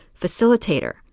facilitator